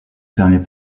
permet